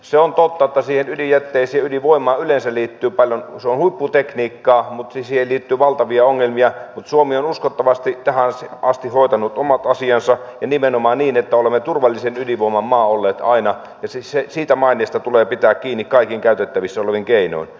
se on totta että siihen ydinjätteeseen ja ydinvoimaan yleensä liittyy valtavia ongelmia vaikka se on huipputekniikkaa mutta suomi on uskottavasti tähän asti hoitanut omat asiansa ja nimenomaan niin että olemme turvallisen ydinvoiman maa olleet aina ja siitä maineesta tulee pitää kiinni kaikin käytettävissä olevin keinoin